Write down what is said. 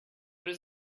does